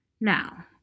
Now